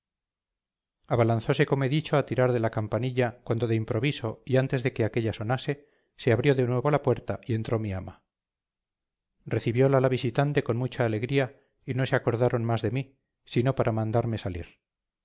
abalanzose como he dicho a tirar de la campanilla cuando de improviso y antes de que aquélla sonase se abrió de nuevo la puerta y entró mi ama recibiola la visitante con mucha alegría y no se acordaron más de mí sino para mandarme salir